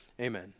Amen